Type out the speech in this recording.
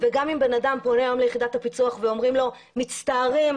גם אם אדם פונה היום ליחידת הפיצו"ח ואומרים לו: מצטערים,